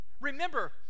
Remember